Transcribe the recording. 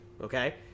okay